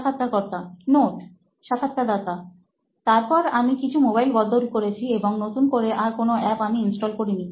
সাক্ষাৎকারকর্তা নোট সাক্ষাৎকারদাতা তারপর আমি কিছু মোবাইল বদল করেছি এবং নতুন করে আর কোনো অ্যাপ আমি ইনস্টল করিনি